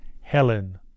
Helen